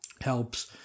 helps